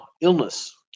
illness